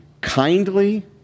kindly